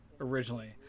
originally